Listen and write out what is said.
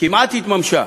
כמעט התממשה.